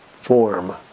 form